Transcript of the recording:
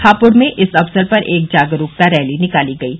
हापुड़ में इस अवसर पर एक जागरूकता रैली निकाली गयी